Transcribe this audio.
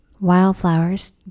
Wildflowers